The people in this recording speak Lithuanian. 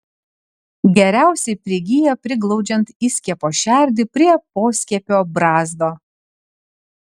geriausiai prigyja priglaudžiant įskiepio šerdį prie poskiepio brazdo